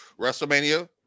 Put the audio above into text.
WrestleMania